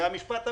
המשפט הבא,